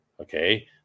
okay